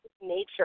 nature